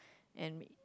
and me